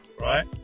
right